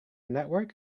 network